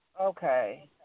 okay